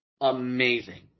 amazing